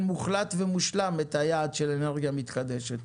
מוחלט ומושלם את היעד של אנרגיה מתחדשת.